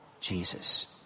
Jesus